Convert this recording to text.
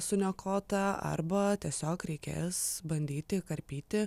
suniokota arba tiesiog reikės bandyti karpyti